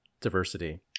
diversity